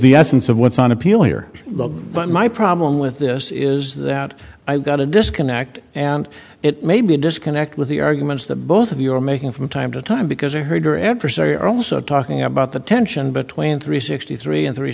the essence of what's on appeal here but my problem with this is that i've got a disconnect and it may be a disconnect with the arguments that both of you are making from time to time because i heard her adversary are also talking about the tension between three sixty three and three